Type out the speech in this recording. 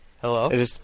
Hello